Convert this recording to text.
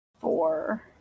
Four